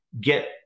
get